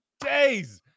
days